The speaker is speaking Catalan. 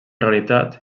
realitat